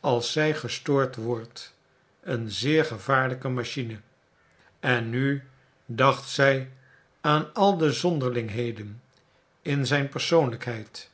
als zij gestoord wordt een zeer gevaarlijke machine en nu dacht zij aan al de zonderlingheden in zijn persoonlijkheid